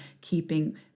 keeping